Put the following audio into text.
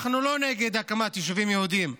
אנחנו לא נגד הקמת יישובים יהודיים,